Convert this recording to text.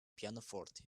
pianoforte